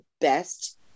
best